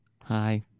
hi